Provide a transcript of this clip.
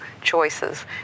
choices